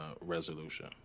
resolution